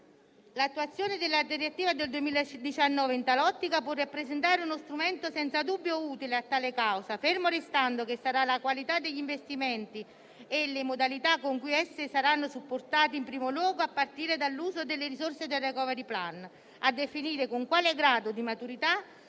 L'attuazione della direttiva del 2019, in tale ottica, può rappresentare uno strumento senza dubbio utile a tale causa, fermo restando che saranno la qualità degli investimenti e le modalità con cui essi saranno supportati, in primo luogo a partire dall'uso delle risorse del *recovery plan*, a definire con quale grado di maturità